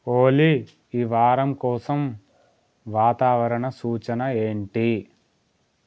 ఓలి ఈ వారం కోసం వాతావరణ సూచన ఏంటి